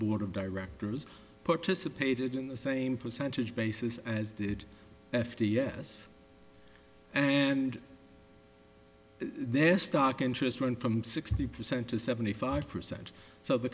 board of directors participated in the same percentage basis as did f t yes and their stock interest ran from sixty percent to seventy five percent so the